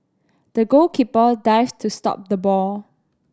the goalkeeper dived to stop the ball